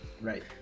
Right